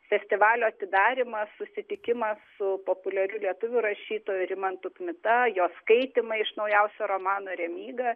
festivalio atidarymas susitikimas su populiariu lietuvių rašytoju rimantu kmita jo skaitymai iš naujausio romano remyga